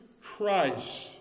Christ